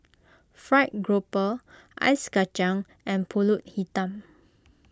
Fried Grouper Ice Kacang and Pulut Hitam